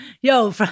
yo